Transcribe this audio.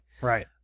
Right